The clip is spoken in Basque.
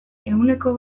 ehuneko